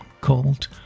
called